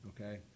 okay